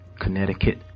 Connecticut